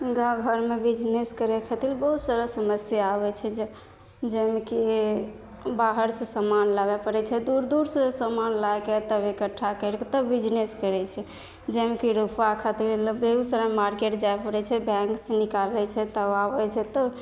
गाँवघरमे business करै खातिर बहुत सारा समस्या आबै छै जे जाहिमेकि बाहरसे समान लाबै पड़ै छै दूर दूरसे समान लाके तब एकट्ठा करिके तब बिजनेस करै छै जाहिमेकि रुपा खातिर बेगूसराय मार्केट जाइ पड़ै छै बैँकसे निकालै छै तब आबै छै तब